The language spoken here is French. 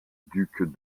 ducs